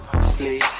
sleep